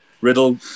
Riddle